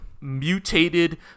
mutated